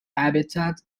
habitat